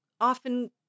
often